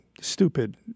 stupid